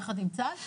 יחד עם צה"ל,